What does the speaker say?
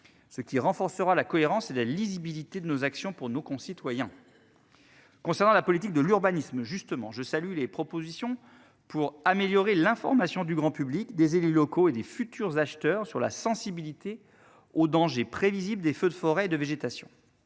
ce qui renforcera la cohérence et de lisibilité de nos actions pour nos concitoyens. Concernant la politique de l'urbanisme justement je salue les propositions pour améliorer l'information du grand public, des élus locaux et des futurs acheteurs sur la sensibilité aux dangers prévisible des feux de forêt et de végétation.